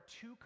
two